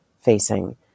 facing